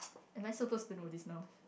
am I supposed to know this now